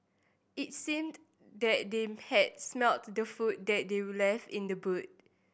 it seemed that they had smelt the food that they were left in the boot